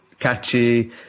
catchy